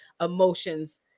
emotions